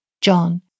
John